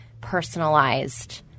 personalized